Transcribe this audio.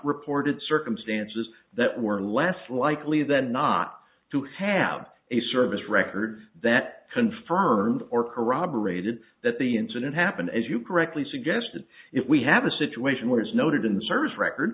reported circumstances that were less likely than not to have a service record that confirmed or corroborated that the incident happened as you correctly suggested if we have a situation where it's noted in the service record